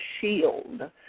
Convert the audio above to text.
Shield